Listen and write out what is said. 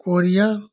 Korea